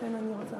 לכן אני רוצה,